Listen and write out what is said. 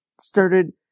started